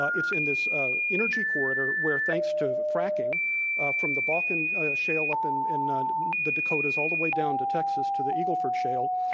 ah it's in this energy corridor where thanks to fracking from the bakken shale up in in the dakotas all the way down to texas to the eagle ford shale,